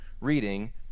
reading